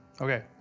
Okay